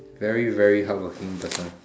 very very hardworking person